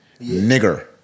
nigger